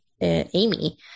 Amy